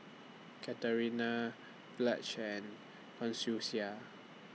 Katharina Blanche and Consuela